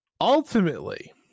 Ultimately